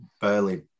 barely